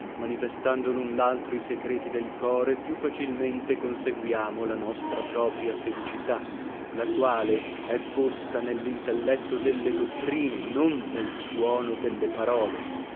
manifestando lun laltro i secreti del core più facilmente conseguiamo la nostra propria felicità la quale è posta nellintelletto delle dottrine non nel suono delle parole